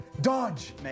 dodge